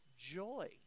Joy